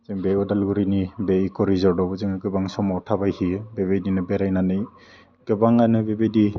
जों बे अदालगुरिनि बे इक' रिजर्टआव जोङो गोबां समाव थाबायहैयो बेबायदिनो बेरायनानै गोबाङानो बेबायदि